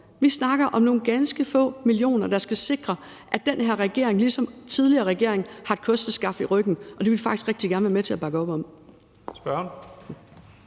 Vi snakker om nogle ganske få millioner, der skal sikre, at den her regering ligesom den tidligere regering har et kosteskaft i ryggen, og det vil vi faktisk rigtig gerne være med til at bakke op om.